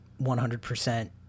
100%